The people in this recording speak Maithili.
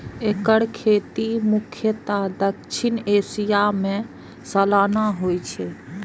एकर खेती मुख्यतः दक्षिण एशिया मे सालाना होइ छै